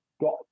got